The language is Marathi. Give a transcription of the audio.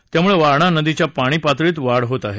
त्यामुळे वारणा नदीच्या पाणी पातळीत वाढ होत आहे